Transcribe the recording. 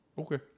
Okay